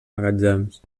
magatzems